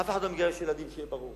אף אחד לא מגרש ילדים, שיהיה ברור.